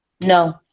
No